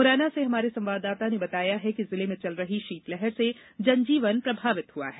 मुरैना से हमारे संवाददाता ने बताया है कि जिले में चल रही शीतलहर से जनजीवन प्रभावित हुआ है